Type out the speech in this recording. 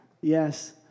yes